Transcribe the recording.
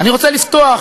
אני רוצה לפתוח,